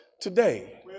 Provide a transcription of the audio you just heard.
today